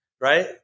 right